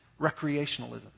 recreationalism